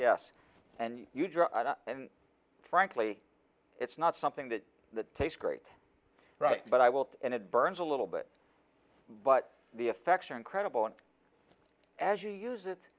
up and frankly it's not something that that taste great right but i will and it burns a little bit but the effects are incredible and as you use it